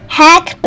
hack